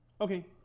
Okay